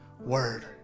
word